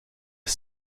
crt